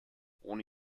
ohne